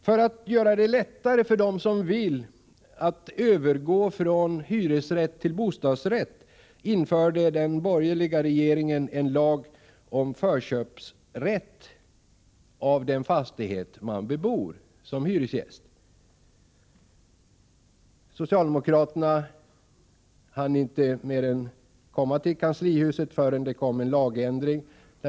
För att göra det lättare för dem som vill att övergå från hyresrätt till bostadsrätt införde den borgerliga regeringen en lag om förköpsrätt av den fastighet man bebor som hyresgäst. Socialdemokraterna hann inte mer än komma till kanslihuset förrän det kom en lagändring.